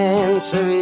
answer